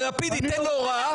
שלפיד ייתן לו הוראה,